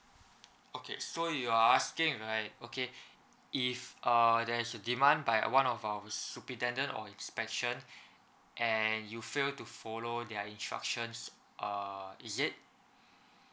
okay so you're asking right okay if uh there's a demand by one of our superintendent or inspection and you fail to follow their instructions uh is it